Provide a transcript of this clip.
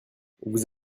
vous